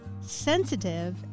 sensitive